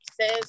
says